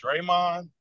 Draymond